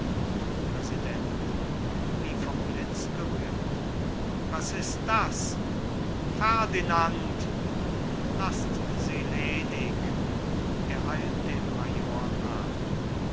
präsident wie vom blitz gerührt was ist das ferdinand laßt sie ledig er eilt dem